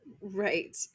Right